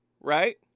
right